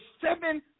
seven